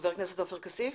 חבר הכנסת עופר כסיף.